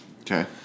Okay